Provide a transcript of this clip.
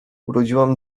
urodziłam